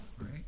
right